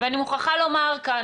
ואני מוכרחה לומר כאן,